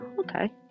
okay